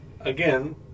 again